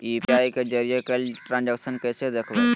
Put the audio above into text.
UPI के जरिए कैल ट्रांजेक्शन कैसे देखबै?